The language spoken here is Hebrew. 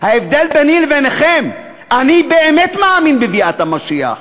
ההבדל ביני וביניכם, אני באמת מאמין בביאת המשיח,